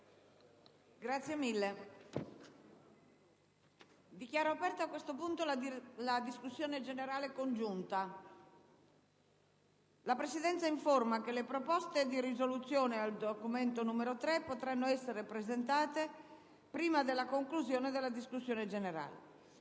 finestra"). Dichiaro aperta la discussione generale congiunta. La Presidenza informa che le proposte di risoluzione al documento LXXXVII, n. 3, potranno essere presentate prima della conclusione della discussione generale.